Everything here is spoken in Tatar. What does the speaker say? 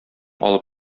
алып